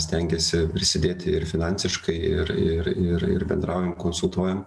stengiasi prisidėti ir finansiškai ir ir ir ir bendraujam konsultuojam